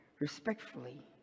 Respectfully